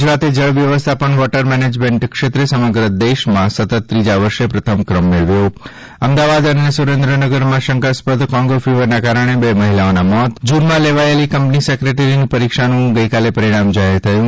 ગુજરાતે જળ વ્યવસ્થાપન વોટર મેનેજમેન્ટ ક્ષેત્રે સમગ્ર દેશમાં સતત ત્રીજા વર્ષે પ્રથમ ક્રમ મેળવ્યો છે અમદાવાદ અને સુરેન્દ્રનગરમાં શંકાસ્પદ કોંગો ફિવરના કારણે બે મહિલાઓનાં મોત જૂનમાં લેવાયેલી કંપની સેક્રેટરી પરીક્ષાનું ગઇકાલે પરિણામ જાહેર થયું છે